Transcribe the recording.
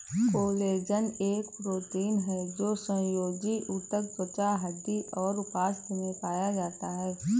collagen एक protein है जो संयोजी ऊतक, त्वचा, हड्डी और उपास्थि में पाया जाता है